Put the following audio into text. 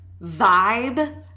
vibe